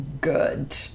good